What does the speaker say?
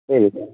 சரி சார்